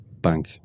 bank